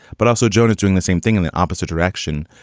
but also, jonah is doing the same thing in the opposite direction,